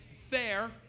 fair